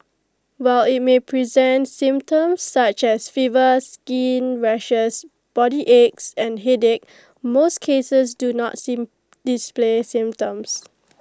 while IT may present symptoms such as fever skin rashes body aches and headache most cases do not sin display symptoms